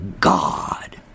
God